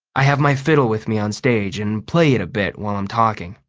i have my fiddle with me onstage and play it a bit while i'm talking.